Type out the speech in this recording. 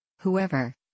Whoever